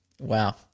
wow